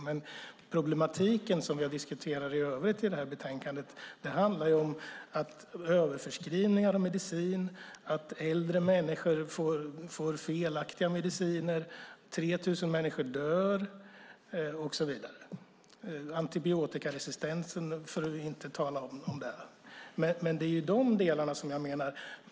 Men problematiken i övrigt i detta betänkande som vi har diskuterat handlar om överförskrivningar av medicin, att äldre människor får felaktiga mediciner, att 3 000 människor dör och så vidare, för att inte tala om antibiotikaresistensen.